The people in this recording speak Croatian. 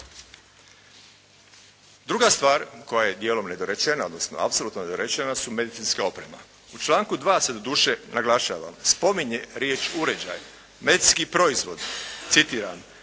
Druga stvar koja je dijelom nedorečena odnosno apsolutno nedorečena su medicinska oprema. U članku 2. se doduše naglašava, spominje riječ uređaj, medicinski proizvod citiram